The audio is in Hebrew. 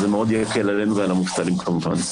אז זה מאוד יקל עלינו ועל המובטלים כמובן.